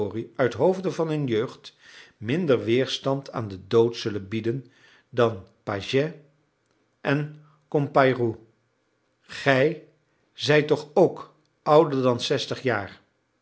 carrory uithoofde van hun jeugd minder weerstand aan den dood zullen bieden dan pagès en compayrou gij zijt toch ook ouder dan zestig jaar